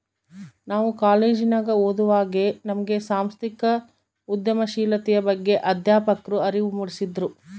ನಾವು ಕಾಲೇಜಿನಗ ಓದುವಾಗೆ ನಮ್ಗೆ ಸಾಂಸ್ಥಿಕ ಉದ್ಯಮಶೀಲತೆಯ ಬಗ್ಗೆ ಅಧ್ಯಾಪಕ್ರು ಅರಿವು ಮೂಡಿಸಿದ್ರು